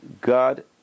God